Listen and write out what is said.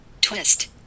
twist